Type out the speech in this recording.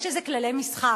יש איזה כללי משחק,